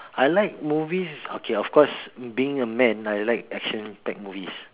I like movies okay of course being a man I like action packed movies